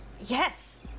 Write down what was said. Yes